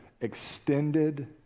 extended